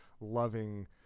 loving